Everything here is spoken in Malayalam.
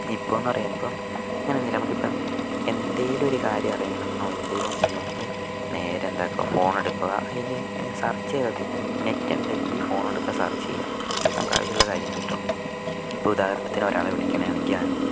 ഇപ്പോന്ന് പറയുമ്പം അങ്ങനയൊന്നുമല്ല നമുക്ക് ഇപ്പം എന്തേലും ഒരു കാര്യം അറിയണമെന്നൊ എന്തേലും ഉണ്ടങ്കിൽ നമുക്ക് നേരെ എന്താ ഫോണെടുക്കുക അതില് സെർച്ച് ചെയ്താൽ മതി നെറ്റൊണ്ടങ്കിൽ ഫോണെടുക്കുക സെർച്ച് ചെയ്യുക നമുക്ക് ആവശ്യം ഉള്ള കാര്യം കിട്ടും ഇപ്പം ഉദാഹരണത്തിന് ഒരാളെ വിളിക്കണമെങ്കിൽ ആണെങ്കിൽ